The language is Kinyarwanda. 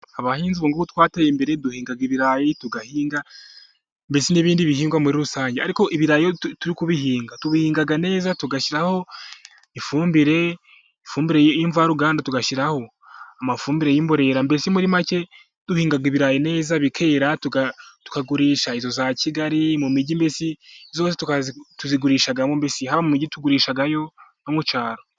Abahinzi ubu ngubu twateye imbere. Duhinga ibirayi tugahinga mbese n'ibindi bihingwa muri rusange. Ariko ibirayi iyo turi kubihinga, tubihinga neza tugashyiraho ifumbire, ifumbire mvaruganda, tugashyiraho amafumbire y'imborera, mbese muri make duhinga ibirayi neza, bikera tukagurisha iyo za Kigali, mu mijyi yose tuyigurishamo mbese, haba mu mijyi tugurishayo no mu cyaro.